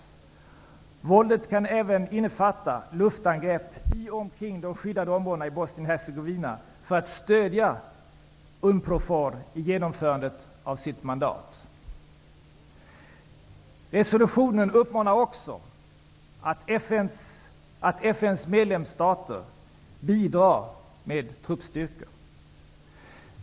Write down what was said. Våldet kan även innefatta luftangrepp i och omkring de skyddade områdena i Bosnien-- Hercegovina för att stödja Unprofor i genomförandet av FN:s mandat. Resolutionen uppmanar också att FN:s medlemsstater bidrar med truppstyrkor.